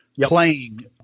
playing